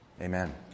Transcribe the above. Amen